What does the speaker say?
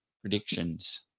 predictions